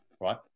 right